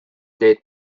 teed